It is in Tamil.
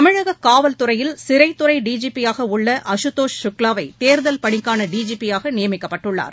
தமிழக காவல்துறையில் சிறைத்துறை டி ஜி பி யாக உள்ள அண்தோஷ் சுக்லாவை தேர்தல் பணிக்கான டி ஜி பி யாக நியமிக்கப்பட்டுள்ளார்